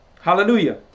Hallelujah